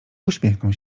uśmiechnął